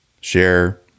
share